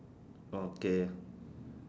okay